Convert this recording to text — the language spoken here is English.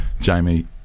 Jamie